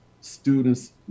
students